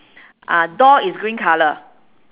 uh door is green colour